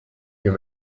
you